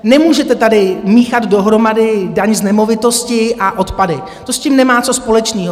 Nemůžete tady míchat dohromady daň z nemovitosti a odpady, to s tím nemá co společného.